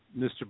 Mr